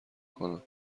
کنم